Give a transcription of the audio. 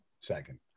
second